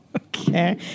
Okay